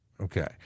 Okay